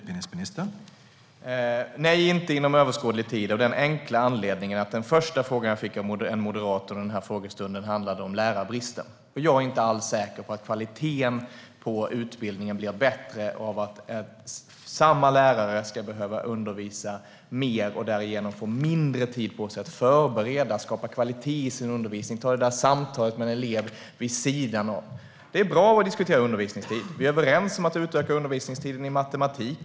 Herr talman! Nej, inte inom överskådlig tid. Den enkla anledningen är lärarbristen, som också var det ämne en moderat inledde frågestunden med. Jag är inte alls säker på att kvaliteten på utbildningen blir bättre av att samma lärare ska behöva undervisa mer och därigenom få mindre tid på sig att förbereda, skapa kvalitet i sin undervisning och ta det där samtalet med en elev vid sidan av. Det är bra att vi diskuterar undervisningstid. Vi är överens om att utöka undervisningstiden i matematik.